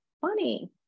funny